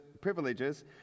privileges